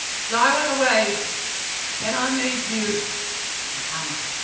so i went away and i made you. a hammer.